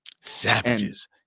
Savages